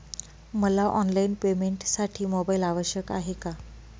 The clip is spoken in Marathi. मला ऑनलाईन पेमेंटसाठी मोबाईल आवश्यक आहे का?